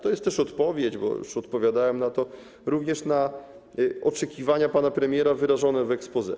To jest też odpowiedź, bo już odpowiadałem na to, również na oczekiwania pana premiera wyrażone w exposé.